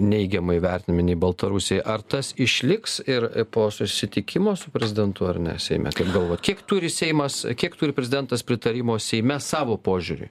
neigiamai vertinami nei baltarusiai ar tas išliks ir po susitikimo su prezidentu ar ne seime kaip galvojat kiek turi seimas kiek turi prezidentas pritarimo seime savo požiūriui